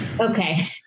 Okay